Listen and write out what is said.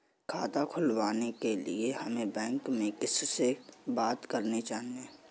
खाता खुलवाने के लिए हमें बैंक में किससे बात करनी चाहिए?